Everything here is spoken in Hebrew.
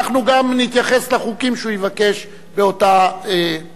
אנחנו גם נתייחס לחוקים שהוא מבקש באותה